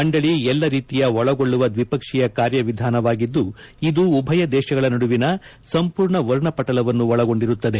ಮಂಡಳಿ ಎಲ್ಲ ರೀತಿಯ ಒಳಗೊಳ್ಳುವ ದ್ವಿಪಕ್ಷೀಯ ಕಾರ್ಯವಿಧಾನವಾಗಿದ್ದು ಇದು ಉಭಯ ದೇಶಗಳ ನಡುವಿನ ಸಂಪೂರ್ಣ ವರ್ಣಪಟಲವನ್ನು ಒಳಗೊಂಡಿರುತ್ತದೆ